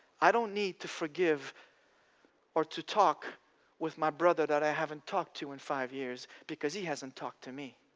i don't need to forgive or to talk with my brother that i haven't talked to in five years because he hasn't talked to me.